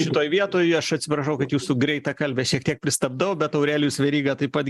šitoj vietoj aš atsiprašau kad jūsų greitakalbę šiek tiek pristabdau bet aurelijus veryga taip pat